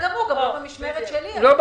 גם לא בשלי.